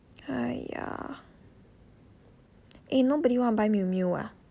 !haiya! eh nobody want to buy Miu Miu ah